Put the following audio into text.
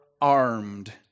armed